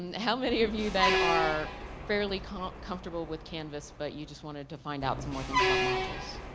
and how many of you then are fairly kind of comfortable with canvas but you just wanted to find out some more things about modules?